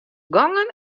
gongen